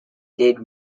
did